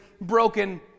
broken